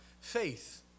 faith